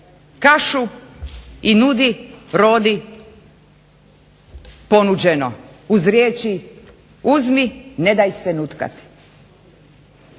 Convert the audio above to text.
kašu i nudi rodi ponuđeno, uz riječi, uzmi ne daj se nutkati.